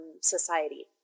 society